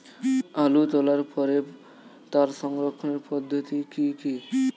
আলু তোলার পরে তার সংরক্ষণের পদ্ধতি কি কি?